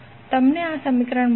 તમને આ સમીકરણ મળશે